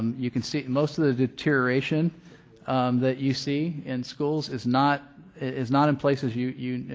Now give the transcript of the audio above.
you can see most of the deterioration that you see in schools is not is not in places you you